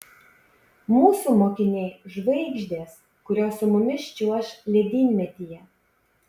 mūsų mokiniai žvaigždės kurios su mumis čiuoš ledynmetyje